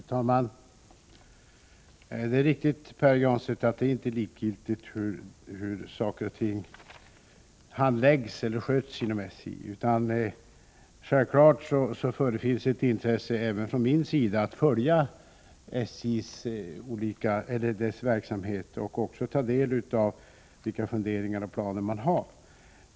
Herr talman! Det är riktigt, Pär Granstedt, att det inte är likgiltigt hur saker och ting handläggs och sköts inom SJ. Självfallet förefinns ett intresse även från min sida att följa SJ:s verksamhet och ta del av vilka funderingar och planer man har.